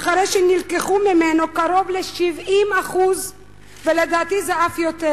אחרי שנלקחו ממנו קרוב ל-70% ולדעתי אף יותר,